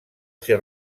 ser